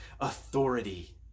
authority